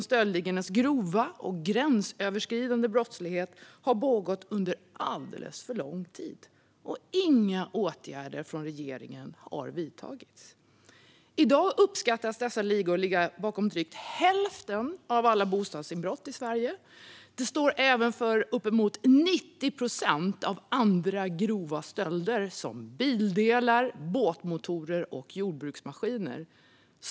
Stöldligornas grova och gränsöverskridande brottslighet har pågått under alldeles för lång tid utan att regeringen har vidtagit några åtgärder. I dag uppskattas dessa ligor ligga bakom drygt hälften av alla bostadsinbrott i Sverige. De står även för uppemot 90 procent av andra grova stölder av exempelvis bildelar, båtmotorer och jordbruksmaskiner.